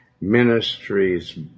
Ministries